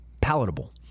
palatable